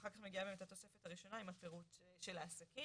ואחר כך מגיעה באמת התוספת הראשונה עם הפירוט של העסקים.